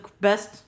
best